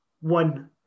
one